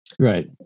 Right